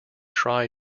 try